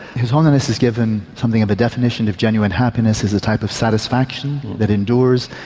his holiness has given something of a definition of genuine happiness as a type of satisfaction that endures,